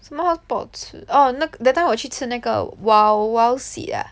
some more 不好吃哦 that time 我去吃那个 wild wild seed ah